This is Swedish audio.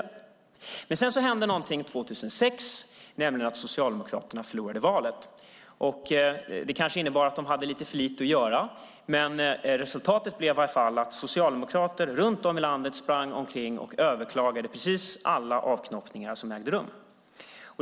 År 2006 hände någonting, nämligen att Socialdemokraterna förlorade valet. Kanske innebar det att de hade lite för lite att göra. Resultatet blev i alla fall att socialdemokrater runt om i landet sprang omkring och överklagade precis alla avknoppningar som ägde rum.